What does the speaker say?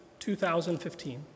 2015